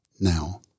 Now